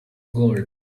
gold